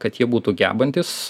kad jie būtų gebantys